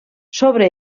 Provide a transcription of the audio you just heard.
sobre